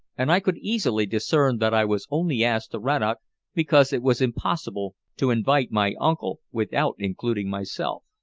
and i could easily discern that i was only asked to rannoch because it was impossible to invite my uncle without including myself.